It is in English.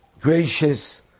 gracious